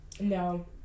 No